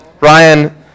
Ryan